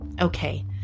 Okay